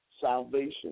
salvation